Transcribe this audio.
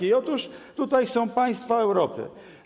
I otóż tutaj są państwa Europy.